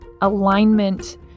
alignment